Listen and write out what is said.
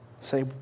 say